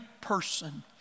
person